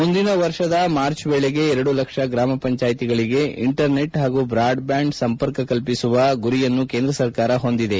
ಮುಂದಿನ ವರ್ಷದ ಮಾರ್ಚ್ ವೇಳೆಗೆ ಎರಡು ಲಕ್ಷ ಗ್ರಾಮ ಪಂಚಾಯಿತಿಗಳಿಗೆ ಇಂಟರ್ನೆಟ್ ಹಾಗೂ ಬ್ರಾಡ್ ಬ್ಯಾಂಡ್ ಸಂಪರ್ಕ ಕಲ್ಪಿಸುವ ಗುರಿಯನ್ನು ಕೇಂದ್ರ ಸರ್ಕಾರ ಹೊಂದಿದೆ